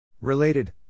Related